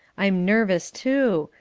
i'm nervous, too.